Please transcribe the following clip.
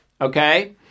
okay